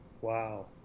Wow